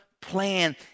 plan